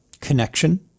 connection